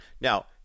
Now